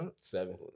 Seven